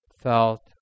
felt